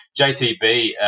JTB